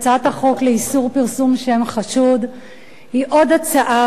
הצעת החוק לאיסור פרסום שם החשוד היא עוד הצעה